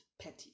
Petty